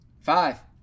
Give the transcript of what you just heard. Five